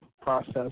process